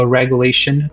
regulation